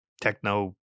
techno